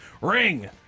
Ring